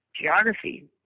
geography